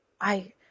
I